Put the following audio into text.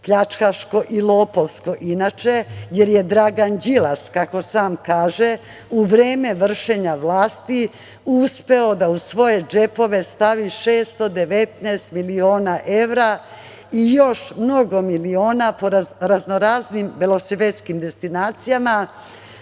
pljačkaško i lopovsko, inače, jer je Dragan Đilas, kako sam kaže, u vreme vršenja vlasti uspeo da u svoje džepove stavi 619 miliona evra i još mnogo miliona po raznoraznim belosvetskim destinacijama.